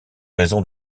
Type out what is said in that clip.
raisons